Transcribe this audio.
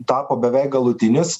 tapo beveik galutinis